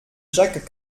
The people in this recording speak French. jacques